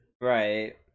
Right